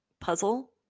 puzzle